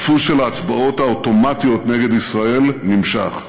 הדפוס של ההצבעות האוטומטיות נגד ישראל נמשך.